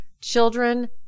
children